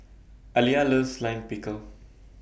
Aliyah loves Lime Pickle